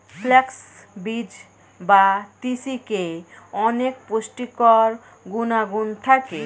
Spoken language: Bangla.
ফ্ল্যাক্স বীজ বা তিসিতে অনেক পুষ্টিকর গুণাগুণ থাকে